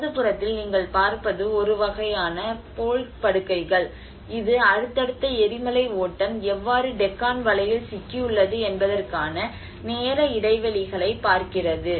வலது புறத்தில் நீங்கள் பார்ப்பது ஒரு வகையான போல் படுக்கைகள் இது அடுத்தடுத்த எரிமலை ஓட்டம் எவ்வாறு டெக்கான் வலையில் சிக்கியுள்ளது என்பதற்கான நேர இடைவெளிகளைப் பார்க்கிறது